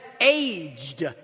aged